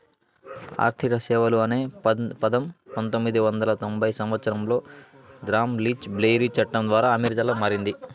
ఆర్థిక సేవలు అనే పదం పంతొమ్మిది వందల తొంభై సంవచ్చరంలో గ్రామ్ లీచ్ బ్లెయిలీ చట్టం ద్వారా అమెరికాలో మారింది